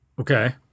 Okay